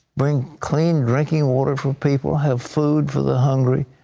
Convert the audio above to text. bring clean drinking water for people. have food for the hungry.